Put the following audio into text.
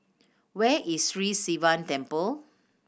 where is Sri Sivan Temple